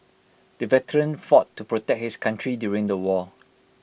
the veteran fought to protect his country during the war